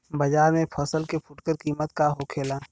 बाजार में फसल के फुटकर कीमत का होखेला?